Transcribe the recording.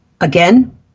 Again